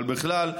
אבל בכלל,